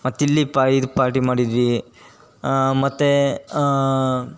ಮತ್ತು ಇಲ್ಲಿ ಪಾ ಇದು ಪಾರ್ಟಿ ಮಾಡಿದ್ವಿ ಮತ್ತು